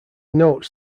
notes